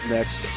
Next